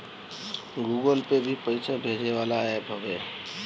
Google pay भी पईसा भेजे वाला एप्प हवे